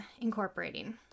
incorporating